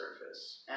surface